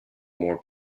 more